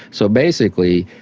so basically,